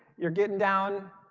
you're getting down.